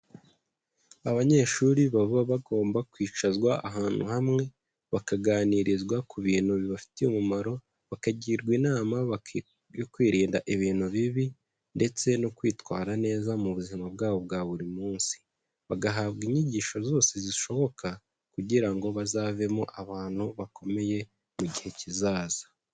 Abanyeshuri baba bagomba kwicazwa ahantu hamwe bakaganirizwa ku bintu bibafitiye umumaro, bakagirwa inama yo kwirinda ibintu bibi ndetse no kwitwara neza mu buzima bwabo bwa buri munsi, bagahabwa inyigisho zose zishoboka kugira ngo bazavemo abantu bakomeye mu gihe kizaza.